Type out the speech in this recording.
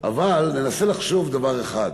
אבל ננסה לחשוב דבר אחד: